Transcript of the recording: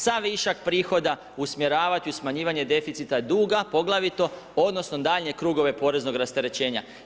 Sav višak prihoda usmjeravati u smanjivanje deficita duga poglavito, odnosno daljnje krugove poreznog rasterećenja.